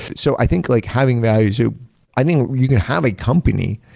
so i think like having values ah i think you can have a company.